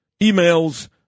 emails